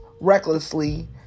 recklessly